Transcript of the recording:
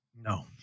No